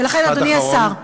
לכן, אדוני השר,